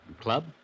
Club